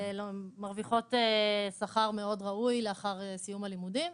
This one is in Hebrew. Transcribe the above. ומרוויחות שכר מאוד ראוי לאחר סיום הלימודים.